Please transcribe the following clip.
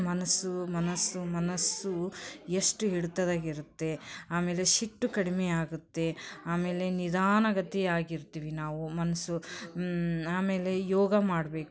ಮನಸ್ಸು ಮನಸ್ಸು ಮನಸ್ಸು ಎಷ್ಟು ಹಿಡ್ತದಾಗೆ ಇರುತ್ತೆ ಆಮೇಲೆ ಸಿಟ್ಟು ಕಡಿಮೆ ಆಗುತ್ತೆ ಆಮೇಲೆ ನಿಧಾನಗತಿಯಾಗಿರ್ತೀವಿ ನಾವು ಮನಸ್ಸು ಆಮೇಲೆ ಯೋಗ ಮಾಡಬೇಕು